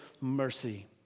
mercy